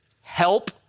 Help